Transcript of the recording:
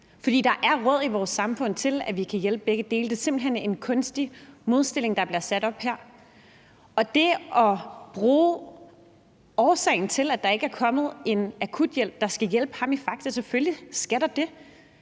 er der råd til, at vi kan hjælpe begge parter. Det er simpelt hen en kunstig modstilling, der bliver sat op her. Og at bruge årsagen til, at der ikke er kommet en akuthjælp, der skal hjælpe ham i Faxe, som undskyldning